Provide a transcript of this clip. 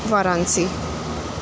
Varanasi